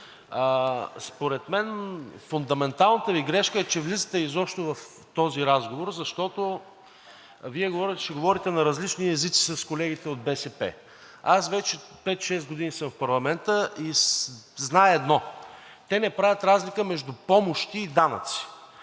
според мен фундаменталната Ви грешка е, че влизате изобщо в този разговор, защото Вие ще говорите на различни езици с колегите от БСП. Вече пет-шест години съм в парламента и зная едно – те не правят разлика между помощи и данъци.